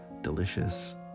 delicious